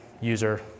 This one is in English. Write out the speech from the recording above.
user